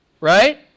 right